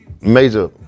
major